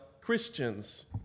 Christians